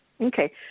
Okay